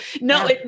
no